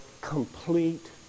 complete